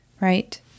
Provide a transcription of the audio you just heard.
right